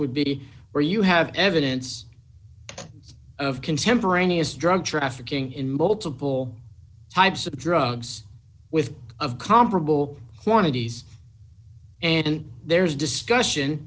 would be where you have evidence of contemporaneous drug trafficking in multiple types of drugs with of comparable quantities and there's discussion